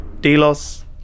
Delos